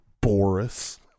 Boris